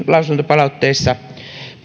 lausuntopalautteissa